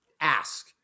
ask